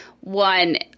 One